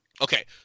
Okay